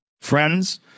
Friends